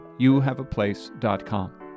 youhaveaplace.com